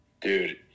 Dude